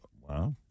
Wow